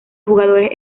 jugadores